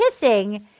kissing